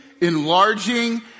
enlarging